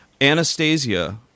Anastasia